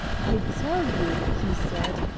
i tell you he said,